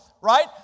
right